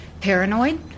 paranoid